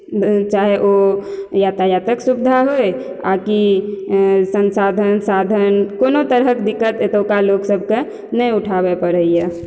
चाहे ओऽ यातायातक सुविधा होई आकि संसाधन साधन कोनो तरहक दिक्कत एतुका लोकसभ के नहि उठाबए पड़ैया